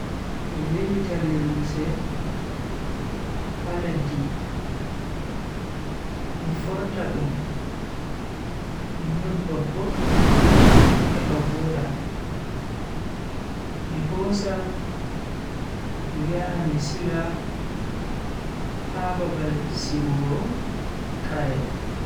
Mi ve'ita limse ha leddi mi forta dum, mi nyobba boddum heba voda, mi hosa mi yaha mi siga ha babal sigugo kare.